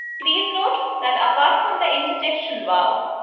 please note that apart from the interjection wow,